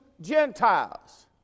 Gentiles